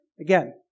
again